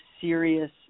serious